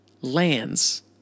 lands